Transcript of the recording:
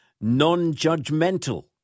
non-judgmental